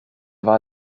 war